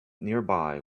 nearby